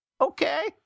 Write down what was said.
Okay